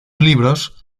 libros